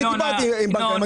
אני דיברתי עם בנקים.